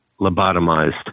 lobotomized